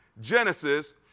Genesis